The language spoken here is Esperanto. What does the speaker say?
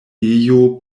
ejo